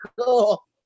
cool